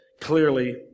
clearly